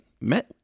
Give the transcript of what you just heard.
met